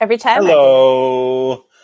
Hello